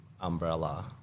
umbrella